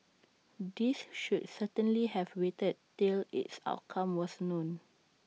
these should certainly have waited till its outcome was known